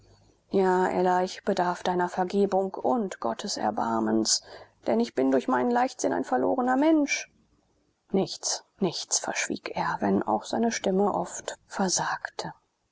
ja ella ich bedarf deiner vergebung und gottes erbarmens denn ich bin durch meinen leichtsinn ein verlorener mensch nichts nichts verschwieg er wenn auch seine stimme oft versagte